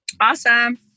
Awesome